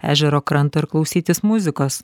ežero kranto ir klausytis muzikos